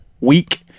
week